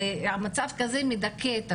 מצב כזה מדכא את הנשים.